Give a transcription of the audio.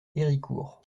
héricourt